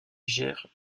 gers